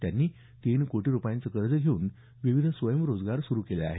त्यांनी तीन कोटी रुपयांचे कर्ज घेऊन विविध स्वयंरोजगार सुरु केले आहेत